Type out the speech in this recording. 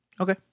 Okay